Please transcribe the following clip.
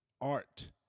art